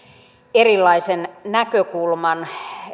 erilaisen näkökulman